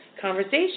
conversation